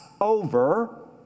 over